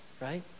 right